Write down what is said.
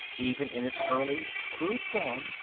even in its early, crude form,